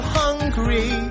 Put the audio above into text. hungry